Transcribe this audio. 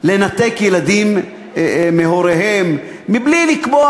לנתק ילדים מהוריהם, בלי לקבוע